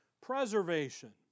preservation